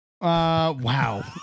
Wow